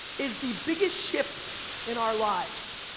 is the biggest shift in our lives,